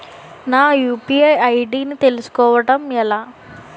నా UPI ID ని తెలుసుకోవడం ఎలా?